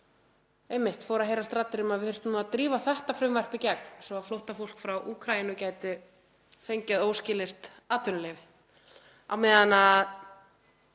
einmitt fóru að heyrast raddir um að við þyrftum að drífa þetta frumvarp í gegn svo flóttafólk frá Úkraínu gæti fengið óskilyrt atvinnuleyfi á meðan að